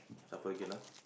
suffer again ah